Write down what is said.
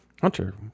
Hunter